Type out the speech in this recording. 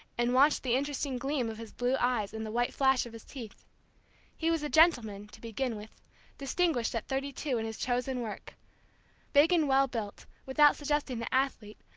and watching the interested gleam of his blue eyes and the white flash of his teeth he was a gentleman, to begin with distinguished at thirty-two in his chosen work big and well-built, without suggesting the athlete,